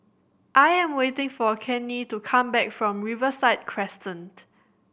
I am waiting for Kenney to come back from Riverside Crescent